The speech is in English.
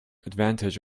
advantage